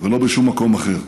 ולא בשום מקום אחר.